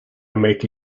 make